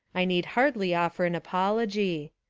i need hardly offer an apology.